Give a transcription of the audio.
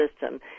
system